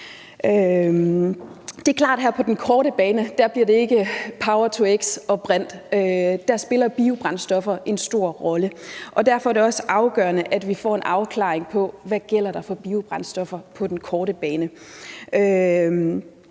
på den korte bane bliver det ikke power-to-x og brint. Der spiller biobrændstoffer en stor rolle, og derfor er det også afgørende, at vi får en afklaring af, hvad der gælder for biobrændstoffer på den korte bane.